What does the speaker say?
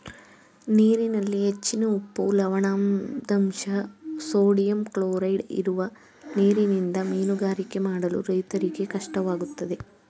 ನೀರಿನಲ್ಲಿ ಹೆಚ್ಚಿನ ಉಪ್ಪು, ಲವಣದಂಶ, ಸೋಡಿಯಂ ಕ್ಲೋರೈಡ್ ಇರುವ ನೀರಿನಿಂದ ಮೀನುಗಾರಿಕೆ ಮಾಡಲು ರೈತರಿಗೆ ಕಷ್ಟವಾಗುತ್ತದೆ